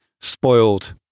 spoiled